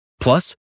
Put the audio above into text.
Plus